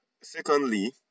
Secondly